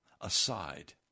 aside